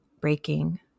breaking